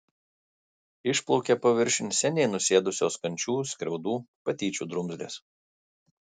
išplaukė paviršiun seniai nusėdusios kančių skriaudų patyčių drumzlės